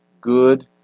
good